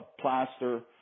plaster